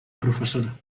professora